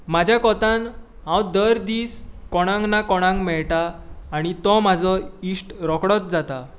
म्हाज्या कोतान हांव दर दीस कोणाक ना कोणाक मेळटा आनी तो म्हजो इश्ट रोखडोच जाता